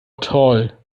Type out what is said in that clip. toll